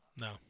No